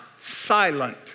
silent